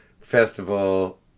festival